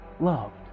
Loved